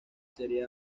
serie